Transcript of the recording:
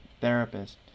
therapist